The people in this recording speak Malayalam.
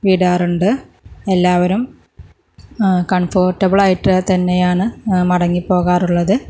വിടാറുണ്ട് എല്ലാവരും കംഫർട്ടബിൾ ആയിട്ട് തന്നെയാണ് മടങ്ങി പോകാറുള്ളത്